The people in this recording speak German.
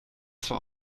zwar